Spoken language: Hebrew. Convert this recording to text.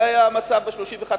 זה היה המצב ב-31 במרס,